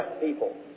people